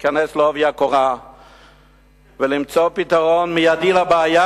להיכנס בעובי הקורה ולמצוא פתרון מיידי לבעיה,